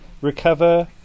recover